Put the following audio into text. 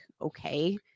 Okay